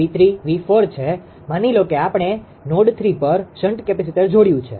માની લો કે આપણે નોડ 3 પર શન્ટ કેપેસિટર જોડ્યું છે